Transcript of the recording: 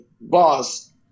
boss